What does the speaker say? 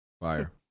Fire